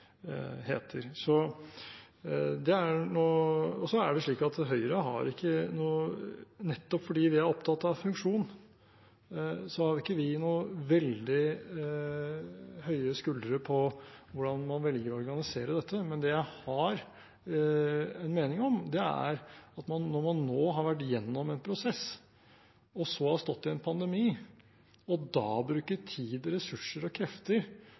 heter. Så er det slik at nettopp fordi vi i Høyre er opptatt av funksjon, har ikke vi så veldig høye skuldre med tanke på hvordan man velger å organisere dette. Men det jeg har en mening om, er at når man nå har vært gjennom en prosess, og så har stått i en pandemi, og at man da bruker tid, ressurser og krefter